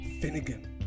Finnegan